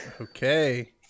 Okay